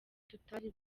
tutari